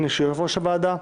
יושב-ראש הוועדה,